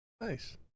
Nice